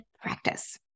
practice